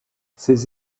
ces